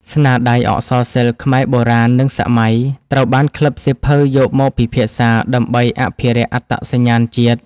ស្នាដៃអក្សរសិល្ប៍ខ្មែរបុរាណ និងសម័យ ត្រូវបានក្លឹបសៀវភៅយកមកពិភាក្សាដើម្បីអភិរក្សអត្តសញ្ញាណជាតិ។